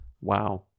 Wow